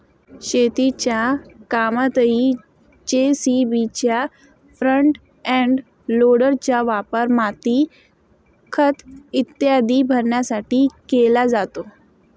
शेतीच्या कामातही जे.सी.बीच्या फ्रंट एंड लोडरचा वापर माती, खत इत्यादी भरण्यासाठी केला जातो